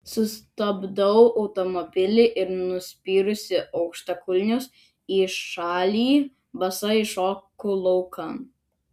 sustabdau automobilį ir nuspyrusi aukštakulnius į šalį basa iššoku laukan